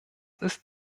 ist